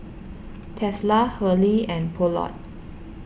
Tesla Hurley and Poulet